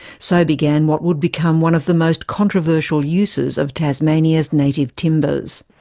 so began what would become one of the most controversial uses of tasmania's native timbers.